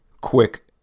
quick